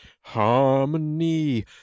harmony